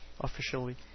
officially